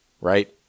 right